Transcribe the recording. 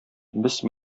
без